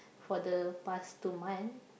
for the past two month